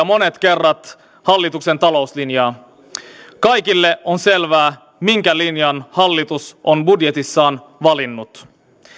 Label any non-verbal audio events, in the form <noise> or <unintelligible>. <unintelligible> monet kerrat hallituksen talouslinjaa kaikille on selvää minkä linjan hallitus on budjetissaan valinnut